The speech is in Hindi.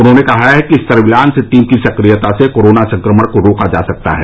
उन्होंने कहा कि सर्विलांस टीम की सक्रियता से कोरोना संक्रमण को रोका जा सकता है